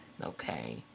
Okay